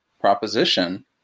proposition